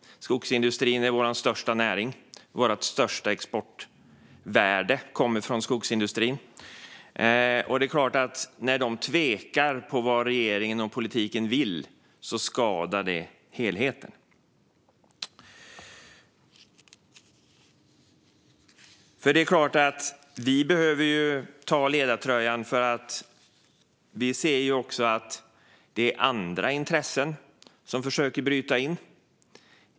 Skogsindustrin är vår största näring. Vårt största exportvärde kommer från skogsindustrin. Det är klart att när de tvekar om vad regeringen och politiken vill skadar det helheten. Vi behöver ta ledartröjan eftersom vi ser att det också är andra intressen som försöker bryta in.